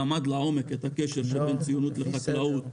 שלמד לעומק את הקשר שבין ציונות לחקלאות,